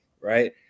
right